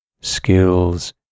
skills